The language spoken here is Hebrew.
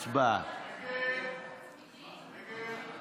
של קבוצת סיעת ש"ס, קבוצת סיעת יהדות